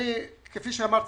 כפי שאמרתי,